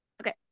Okay